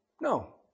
No